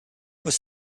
was